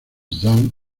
zhang